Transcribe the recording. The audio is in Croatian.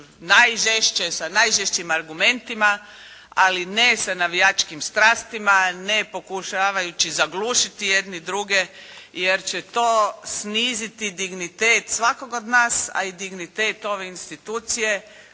najžešće sa najžešćim argumentima, ali ne sa navijačkim strastima, ne pokušavajući zaglušiti jedni druge jer će to sniziti dignitet svakog od nas, a i dignitet ove institucije